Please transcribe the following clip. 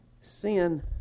sin